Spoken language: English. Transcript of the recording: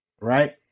right